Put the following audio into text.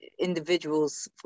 individuals